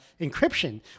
encryption